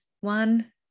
one